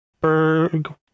Berg